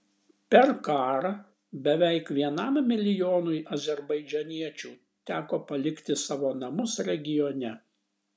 per karą beveik vienam milijonui azerbaidžaniečių teko palikti savo namus regione